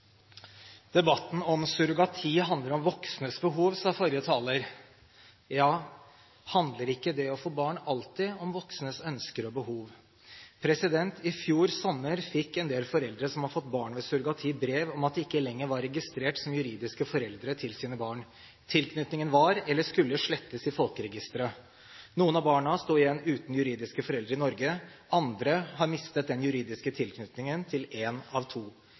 Debatten om surrogati handler om voksnes behov, sa forrige taler. Ja, handler ikke det å få barn alltid om voksnes ønsker og behov? I fjor sommer fikk en del foreldre som har fått barn ved surrogati, brev om at de ikke lenger var registrert som juridiske foreldre til sine barn, tilknytningen var slettet eller skulle slettes i Folkeregisteret. Noen av barna sto igjen uten juridiske foreldre i Norge, andre har mistet den juridiske tilknytningen til én av to.